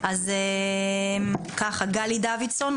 גלי דוידסון,